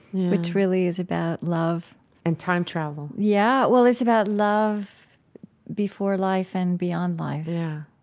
which really is about love and time travel yeah, well it's about love before life and beyond life yeah.